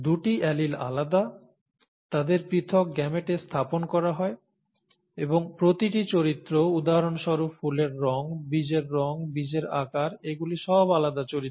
দুটি অ্যালিল আলাদা তাদের পৃথক গ্যামেটে স্থাপন করা হয় এবং প্রতিটি চরিত্র উদাহরণস্বরূপ ফুলের রঙ বীজের রঙ বীজের আকার এগুলি সব আলাদা চরিত্র